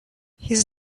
his